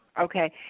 Okay